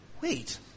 Wait